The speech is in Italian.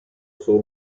solo